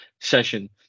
session